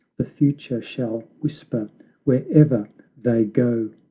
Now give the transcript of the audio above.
the future shall whisper wherever they go!